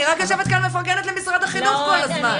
אני יושבת כאן ורק מפרגנת למשרד החינוך כל הזמן.